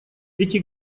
эти